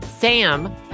Sam